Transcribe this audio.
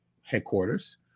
headquarters